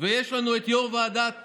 ויש לנו את יו"ר ועדת